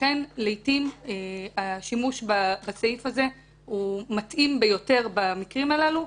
לכן לעיתים השימוש בסעיף הזה מתאים ביותר במקרים הללו.